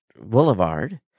Boulevard